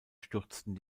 stürzten